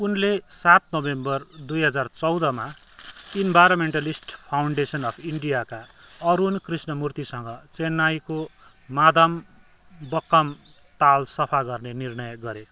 उनले सात नोभेम्बर दुई हजार चौधमा इन्भाइरोन्मेन्टलिस्ट फाउन्डेसन अफ इन्डियाका अरुण कृष्णमूर्तिसँग चेन्नईको मादामबक्काम ताल सफा गर्ने निर्णय गरे